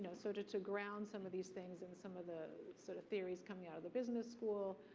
ah so to to ground some of these things and some of the sort of theories coming out of the business school,